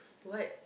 what